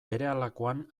berehalakoan